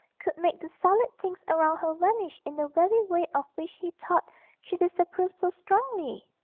could make the solid things around her vanish in the very way of which he thought she disapproved so strongly!